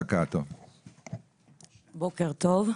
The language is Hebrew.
בוקר טוב.